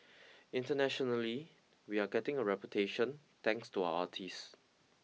internationally we're getting a reputation thanks to our artist